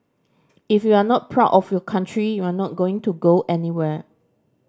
if you are not proud of your country you are not going to go anywhere